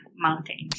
mountains